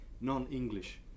non-English